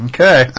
Okay